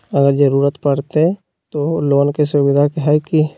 अगर जरूरत परते तो लोन के सुविधा है की?